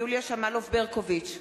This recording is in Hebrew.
יוליה שמאלוב-ברקוביץ,